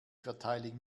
verteilung